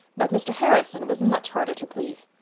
but mr. harrison was much harder to please.